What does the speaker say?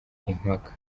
impaka